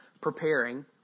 preparing